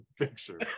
picture